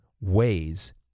ways